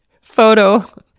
photo